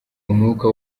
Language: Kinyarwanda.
umwuka